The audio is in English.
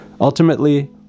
Ultimately